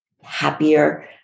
happier